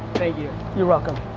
thank you. you're welcome.